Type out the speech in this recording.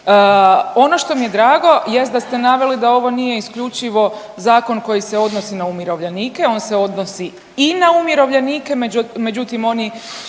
Ono što mi je drago jest da ste naveli da ovo nije isključivo zakon koji se odnosi na umirovljenike, on se odnosi i na umirovljenike međutim oni